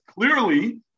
clearly